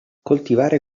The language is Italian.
coltivare